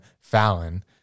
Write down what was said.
Fallon